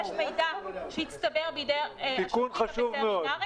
יש מידע שהצטבר בידי השירותים הווטרינרים